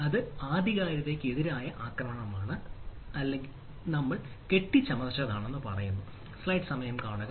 അത് ആധികാരികതയ്ക്കെതിരായ ആക്രമണമാണ് അല്ലെങ്കിൽ നമ്മൾ കെട്ടിച്ചമച്ചതാണെന്ന് പറയുന്നു